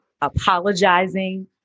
apologizing